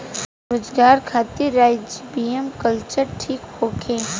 उपचार खातिर rhizobium culture ठीक होखे?